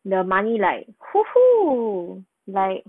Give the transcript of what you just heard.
the money like !woohoo! like